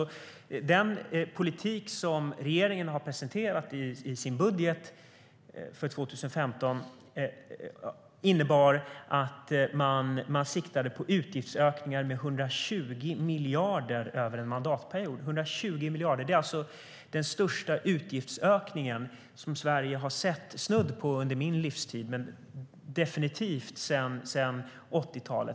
Den politik som regeringen presenterade i sin budget för 2015 innebar att man siktade på utgiftsökningar med 120 miljarder över en mandatperiod. Det är definitivt den största utgiftsökning Sverige sett sedan 80-talet, och det är snudd på den största under min livstid.